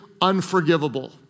unforgivable